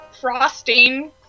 frosting